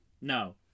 no